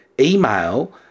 email